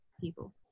people